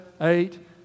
eight